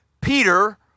Peter